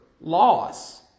loss